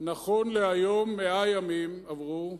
נכון להיום 100 ימים עברו,